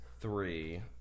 three